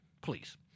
please